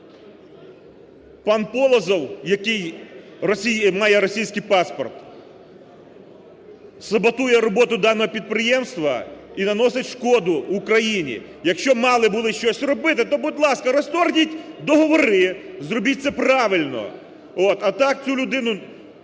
Пан Полозов, який має російський паспорт, саботує роботу даного підприємства і наносить шкоду Україні. Якщо мали були щось робити, то, будь ласка, розторгніть договори, зробіть це правильно. От! А так цю людину